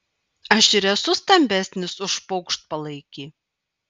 aš ir esu stambesnis už paukštpalaikį